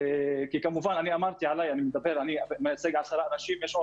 אני מייצג 10 אנשים,